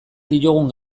diogun